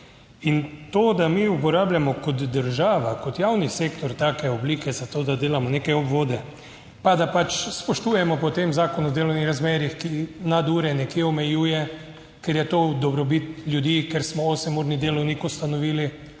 In to, da mi uporabljamo kot država, kot javni sektor take oblike za to, da delamo neke obvode, pa da pač spoštujemo potem Zakon o delovnih razmerjih, ki nadure nekje omejuje, ker je to v dobrobit ljudi, ker smo osemurni delovnik ustanovili,